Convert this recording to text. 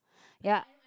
ya